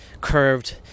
curved